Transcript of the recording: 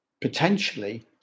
potentially